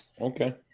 Okay